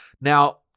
now